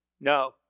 No